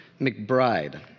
McBride